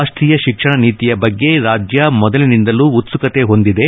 ರಾಷ್ಟೀಯ ಶಿಕ್ಷಣ ನೀತಿಯ ಬಗ್ಗೆ ರಾಜ್ಯ ಮೊದಲಿನಿಂದಲೂ ಉತ್ಪುಕತೆ ಹೊಂದಿದೆ